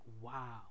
wow